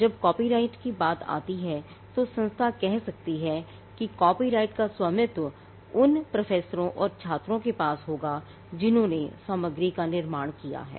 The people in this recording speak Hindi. जब कॉपीराइट की बात आती है तो संस्था कह सकती है कि कॉपीराइट का स्वामित्व उन प्रोफेसरों और छात्रों के पास होगा जिन्होंने सामग्री का निर्माण किया है